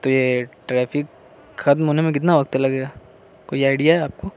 تو یہ ٹریفک ختم ہونے میں کتنا وقت لگے گا کوئی آئیڈیا ہے آپ کو